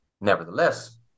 Nevertheless